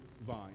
vine